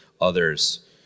others